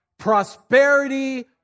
prosperity